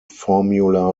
formula